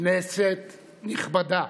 כנסת הנכבדה,